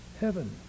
heaven